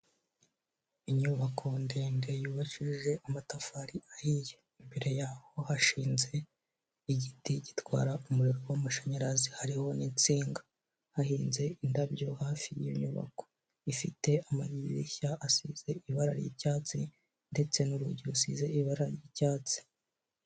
Inyubako ndende yubakishije amatafari ahiye imbere yaho hashinze igiti gitwara umuriro w'amashanyarazi hariho n'insinga, hahinze indabyo hafi y'inyubako ifite amadirishya asize ibara ry'icyatsi ndetse n'urugi rusize ibara ry'icyatsi.